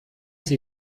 sie